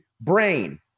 brain